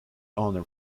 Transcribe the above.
honour